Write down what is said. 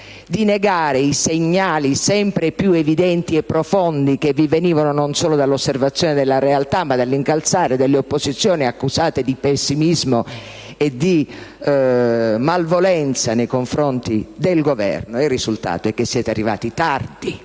di negare i segnali sempre più evidenti e profondi che vi venivano non solo dall'osservazione della realtà ma dall'incalzare delle opposizioni accusate di pessimismo e di malevolenza nei confronti del Governo; e il risultato è che siete arrivati tardi,